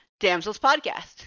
damselspodcast